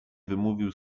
wymówił